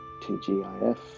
TGIF